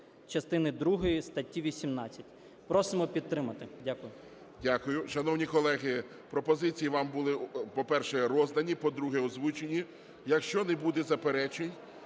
частини другої статті 18". Просимо підтримати. Дякую.